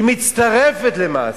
היא מצטרפת למעשה.